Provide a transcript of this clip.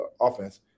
offense